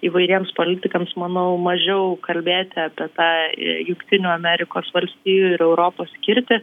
įvairiems politikams manau mažiau kalbėti apie tą jungtinių amerikos valstijų ir europos skirtį